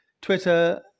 Twitter